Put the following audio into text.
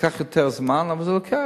לקח יותר זמן, אבל זה לוקח.